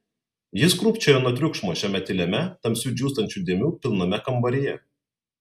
jis krūpčiojo nuo triukšmo šiame tyliame tamsių džiūstančių dėmių pilname kambaryje